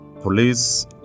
police